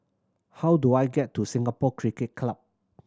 how do I get to Singapore Cricket Club